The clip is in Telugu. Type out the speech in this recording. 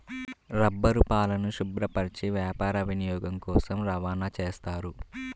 రబ్బరుపాలను శుభ్రపరచి వ్యాపార వినియోగం కోసం రవాణా చేస్తారు